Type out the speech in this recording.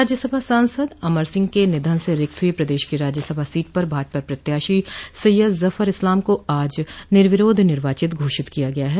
राज्यसभा सांसद अमर सिंह के निधन से रिक्त हुई प्रदेश की राज्यसभा सीट पर भाजपा प्रत्याशी सैय्यद जफर इस्लाम को आज निर्विरोध निर्वाचित घोषित किया गया है